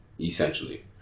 Essentially